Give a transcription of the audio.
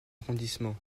arrondissement